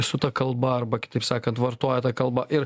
su ta kalba arba kitaip sakant vartoja tą kalbą ir